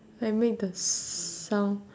I make the s~ sound